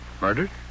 Murdered